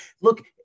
Look –